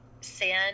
sin